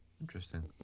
interesting